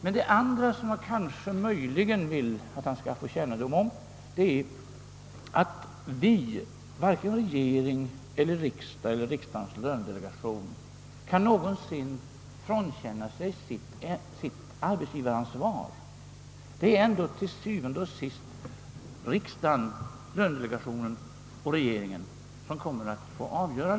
För det andra vill jag att herr Ohlin skall få kännedom om att varken regering, riksdag eller riksdagens lönedelegation någonsin kan frånkänna sig sitt arbetsgivaransvar; det är ändå til syvende 0g sidst riksdagen, lönedelegationen och regeringen som kommer att få avgöra.